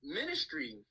ministry